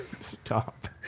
Stop